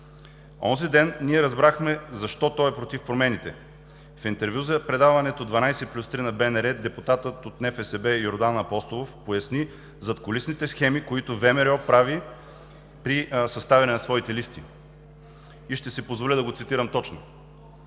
Онзи ден ние разбрахме защо той е против промените. В интервю за предаването „12+3“ на БНР депутатът от НФСБ Йордан Апостолов поясни задкулисните схеми, които ВМРО прави при съставяне на своите листи. Ще си позволя да го цитирам точно: